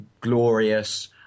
glorious